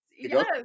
yes